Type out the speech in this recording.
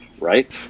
right